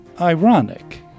ironic